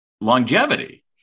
longevity